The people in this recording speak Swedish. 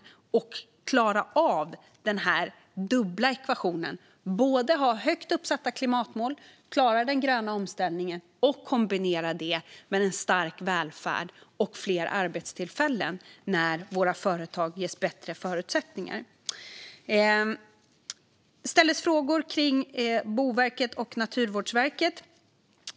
Det handlar om att klara av den dubbla ekvationen att ha högt satta klimatmål och klara den gröna omställningen kombinerat med en stark välfärd och fler arbetstillfällen när våra företag ges bättre förutsättningar. Det ställdes frågor kring Boverket och Naturvårdsverket.